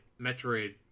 metroid